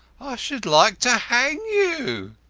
should like to hang you.